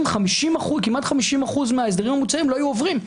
להסדרים כמעט 50% מההסדרים המוצעים לא היו עוברים.